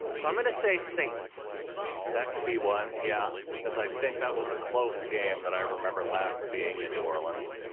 so i'm going to say saints. brandan that could be one. yeah. cause i think that was a close game that i remember last being in new orleans,